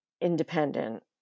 independent